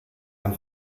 ein